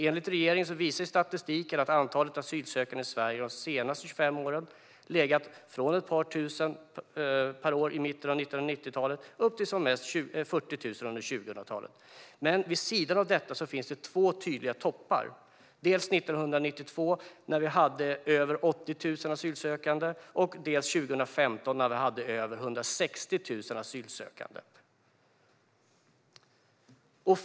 Enligt regeringen visar statistiken att antalet asylsökande i Sverige de senaste 25 åren legat på från ett par tusen per år i mitten av 1990-talet upp till som mest 40 000 under 2000-talet. Vid sidan av detta finns två tydliga toppar dels 1992 med när vi hade över 80 000 asylsökande, dels 2015 när vi hade över 160 000 asylsökande.